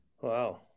Wow